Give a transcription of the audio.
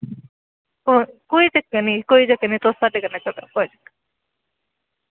कोई चक्कर निं कोई चक्कर निं तुस मज़े कन्नै करो कोई चक्कर निं